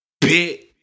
bit